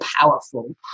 powerful